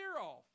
off